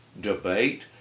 debate